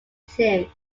him